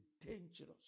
dangerous